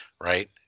right